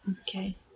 Okay